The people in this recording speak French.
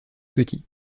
petits